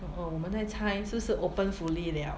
oh 我们在猜是不是 open fully liao